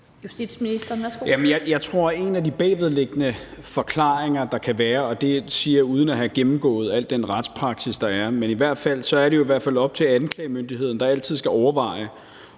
Jeg tror, at en af de bagvedliggende forklaringer, der kan være, er – og det siger jeg uden at have gennemgået al den retspraksis, der er – at det jo i hvert fald er op til anklagemyndigheden, der altid skal overveje,